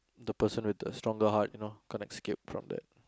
the person with the stronger heart you know can't escape from that